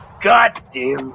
Goddamn